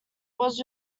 was